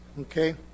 okay